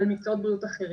על מקצועות בריאות אחרים.